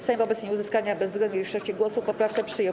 Sejm wobec nieuzyskania bezwzględnej większości głosów poprawkę przyjął.